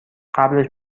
قبلش